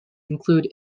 include